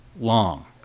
Long